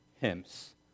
Hymns